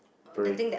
parade